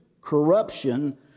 corruption